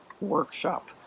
workshop